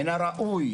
מן הראוי